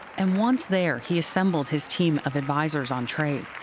and once there, he assembled his team of advisers on trade.